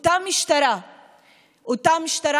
אותה משטרה,